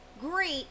great